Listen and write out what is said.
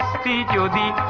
da da da